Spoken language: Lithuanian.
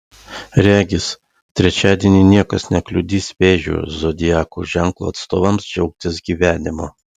regis trečiadienį niekas nekliudys vėžio zodiako ženklo atstovams džiaugtis gyvenimu